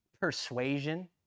persuasion